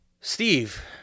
Steve